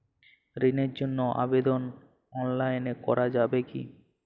ঋণের জন্য আবেদন অনলাইনে করা যাবে কি?